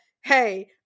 Hey